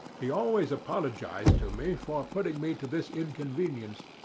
he always apologized to me for putting me to this inconvenience.